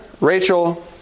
Rachel